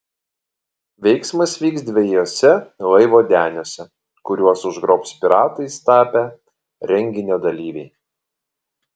veiksmas vyks dviejuose laivo deniuose kuriuos užgrobs piratais tapę renginio dalyviai